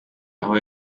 aho